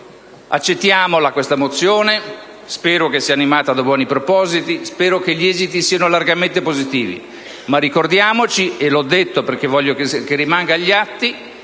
accettiamola questa mozione. Spero sia animata da buoni propositi e che gli esiti siano largamente positivi, ma ricordiamoci lo dico perché rimanga agli atti